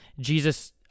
Jesus